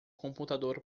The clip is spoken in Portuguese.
computador